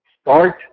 start